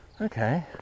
Okay